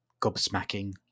gobsmacking